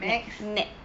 max